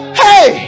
hey